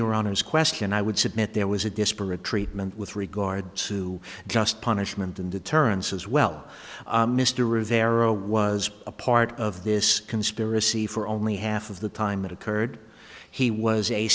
your honor's question i would submit there was a disparate treatment with regard to just punishment and deterrence as well mr rivero was a part of this conspiracy for only half of the time it occurred he was a